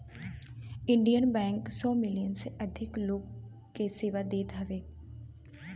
Indian bank सौ million से अधिक लोग के सेवा देत हवे